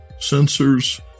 sensors